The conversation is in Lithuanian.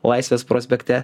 laisvės prospekte